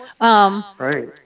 right